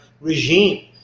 regime